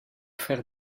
frère